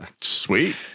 Sweet